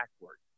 backwards